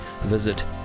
visit